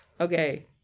Okay